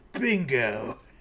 bingo